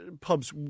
pubs